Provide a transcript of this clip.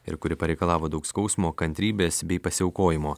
ir kuri pareikalavo daug skausmo kantrybės bei pasiaukojimo